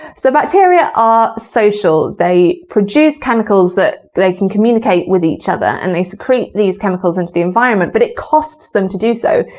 so bacteria are social. they produce chemicals that they can communicate with each other and they secrete these chemicals into the environment but it costs them to do so.